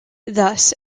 thus